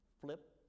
flip